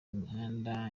imihanda